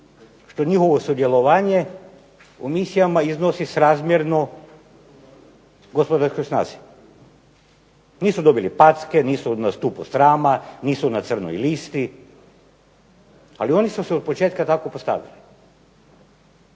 što njihovo sudjelovanje u misijama iznosi srazmjerno gospodarskoj snazi. Nisu dobili packe, nisu na stupu srama, nisu na crnoj listi. Ali oni su se od početka tako postavili.